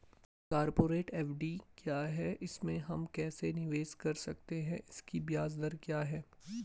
Corporate FD क्या है इसमें हम कैसे निवेश कर सकते हैं इसकी ब्याज दर क्या है?